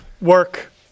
Work